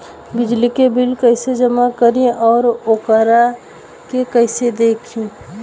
बिजली के बिल कइसे जमा करी और वोकरा के कइसे देखी?